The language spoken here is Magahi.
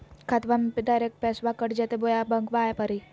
खाताबा से डायरेक्ट पैसबा कट जयते बोया बंकबा आए परी?